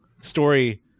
story